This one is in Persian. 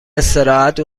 استراحت